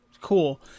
cool